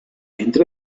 entre